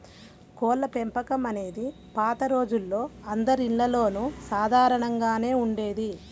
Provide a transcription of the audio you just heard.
కోళ్ళపెంపకం అనేది పాత రోజుల్లో అందరిల్లల్లోనూ సాధారణంగానే ఉండేది